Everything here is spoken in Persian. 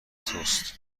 توست